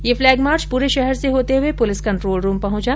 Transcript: यह flag march पूरे शहर से होते हुए पुलिस कंट्रोल रूम पहुंचा